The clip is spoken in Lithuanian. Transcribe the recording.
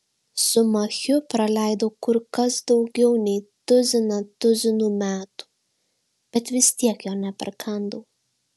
su machiu praleidau kur kas daugiau nei tuziną tuzinų metų bet vis tiek jo neperkandau